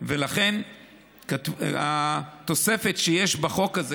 ולכן התוספת שיש בחוק הזה,